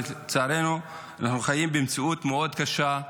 לצערנו, אנחנו חיים במציאות מאוד קשה,